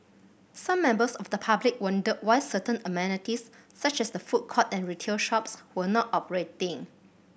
some members of the public wondered why certain amenities such as the food court and retail shops were not operating